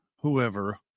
whoever